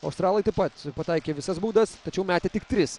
australai taip pat pataikė visas baudas tačiau metė tik tris